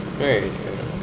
right